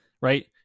Right